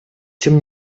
тем